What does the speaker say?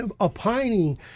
opining